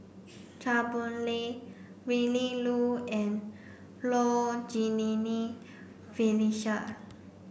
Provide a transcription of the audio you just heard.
Chua Boon Lay Willin Low and Low Jimenez Felicia